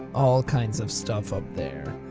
all kinds of stuff up there.